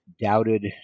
doubted